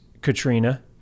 katrina